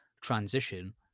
transition